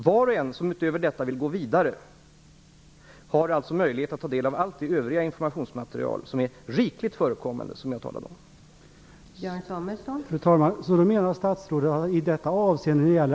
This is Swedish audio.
Var och en som utöver detta vill gå vidare för att få information har möjlighet att ta del av allt det övriga, rikligt förekommande informationsmaterial som jag talade om tidigare.